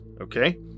okay